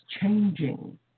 changing